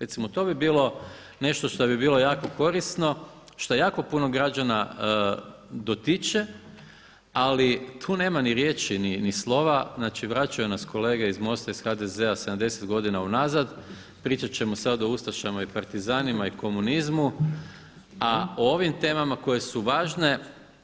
Recimo to bi bilo nešto što bi bilo jako korisno, što jako puno građana dotiče, ali tu nema ni riječi ni slova, znači vraćaju nas kolege iz MOST-a i iz HDZ-a 70 godina unazad, pričati ćemo sada o ustašama i partizanima i komunizmu a o ovim temama koje su važne,